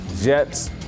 Jets